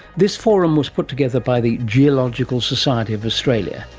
this forum was put together by the geological society of australia,